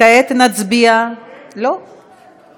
כעת נצביע, אין דוברים?